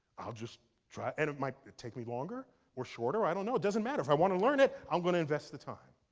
i'll just try and it might take me longer or shorter, i don't know, it doesn't matter. if i want to learn it, i'm going to invest the time.